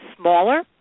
smaller